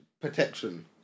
protection